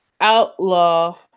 outlaw